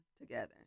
together